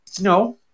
No